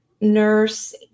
Nurse